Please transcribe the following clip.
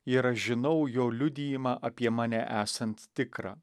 ir aš žinau jo liudijimą apie mane esant tikrą